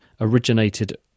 originated